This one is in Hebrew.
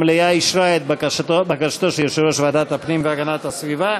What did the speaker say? המליאה אישרה את בקשתו של יושב-ראש ועדת הפנים והגנת הסביבה.